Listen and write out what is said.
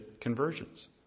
conversions